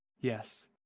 yes